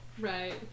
Right